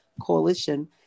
Coalition